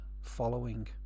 following